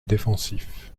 défensif